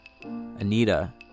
Anita